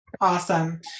awesome